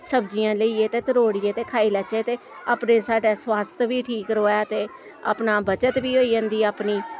सब्जियां लेइयै ते त्रोड़ियै ते खाई लैचै ते अपने साढ़ै स्वस्थ बी ठीक रोऐ ते अपना बचत बी होई जंदी अपनी